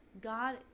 God